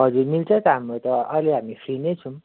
हजुर मिल्छ त हाम्रो त अहिले हामी फ्री नै छौँ